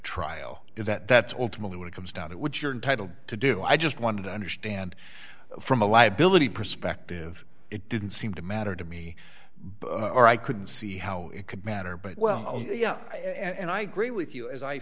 trial is that that's all to move when it comes down to what your intitled to do i just wanted to understand from a liability perspective it didn't seem to matter to me but i couldn't see how it could matter but well yeah and i agree with you as i